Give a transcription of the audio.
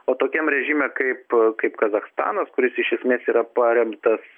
o tokiam režime kaip kaip kazachstanas kuris iš esmės yra paremtas